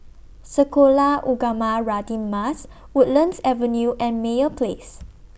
Sekolah Ugama Radin Mas Woodlands Avenue and Meyer Place